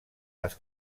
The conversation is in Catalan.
les